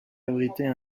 abriter